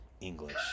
english